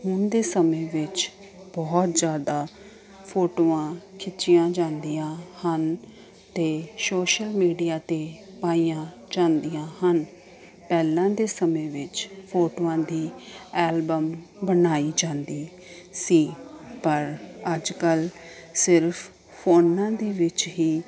ਹੁਣ ਦੇ ਸਮੇਂ ਵਿੱਚ ਬਹੁਤ ਜ਼ਿਆਦਾ ਫੋਟੋਆਂ ਖਿੱਚੀਆਂ ਜਾਂਦੀਆਂ ਹਨ ਅਤੇ ਸੋਸ਼ਲ ਮੀਡੀਆ 'ਤੇ ਪਾਈਆਂ ਜਾਂਦੀਆਂ ਹਨ ਪਹਿਲਾਂ ਦੇ ਸਮੇਂ ਵਿੱਚ ਫੋਟੋਆਂ ਦੀ ਐਲਬਮ ਬਣਾਈ ਜਾਂਦੀ ਸੀ ਪਰ ਅੱਜ ਕੱਲ੍ਹ ਸਿਰਫ਼ ਫੋਨਾਂ ਦੇ ਵਿੱਚ ਹੀ ਫੋਟੋ